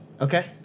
Okay